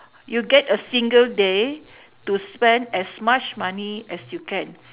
you get a single day to spend as much money as you can